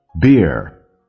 Beer